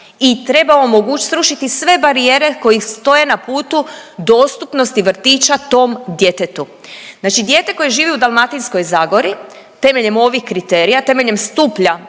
i treba omogu…, srušiti sve barijere koje stoje na putu dostupnosti vrtića tom djetetu, znači dijete koje živi u Dalmatinskoj zagori temeljem ovih kriterija, temeljem stupnja